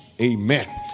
Amen